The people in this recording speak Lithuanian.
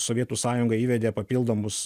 sovietų sąjunga įvedė papildomus